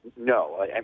no